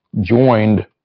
joined